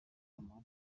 amahoro